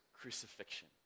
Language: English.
crucifixion